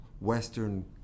Western